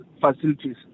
facilities